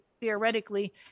theoretically